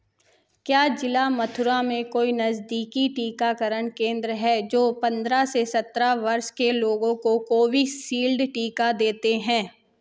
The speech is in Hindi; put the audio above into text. क्या जिला मथुरा में कोई नज़दीकी टीकाकरण केंद्र है जो पंद्रह से सत्रह वर्ष के लोगों को कोविसील्ड टीका देते हैं